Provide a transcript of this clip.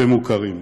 ומוכרים.